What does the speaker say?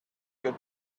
get